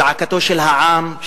זעקתו של העם,